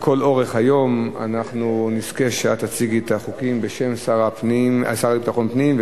לכל אורך היום אנחנו נזכה שאת תציגי את החוקים בשם השר לביטחון הפנים,